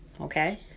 okay